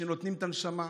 שנותנים את הנשמה,